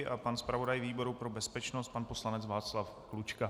A pan zpravodaj výboru pro bezpečnost pan poslanec Václav Klučka.